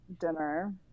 dinner